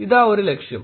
ഇതാ ഒരു ലക്ഷ്യം